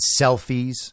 selfies